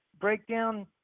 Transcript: breakdown